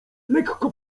lekko